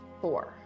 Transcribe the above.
four